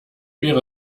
wäre